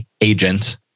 agent